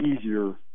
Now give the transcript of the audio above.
easier